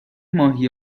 ماهی